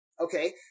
Okay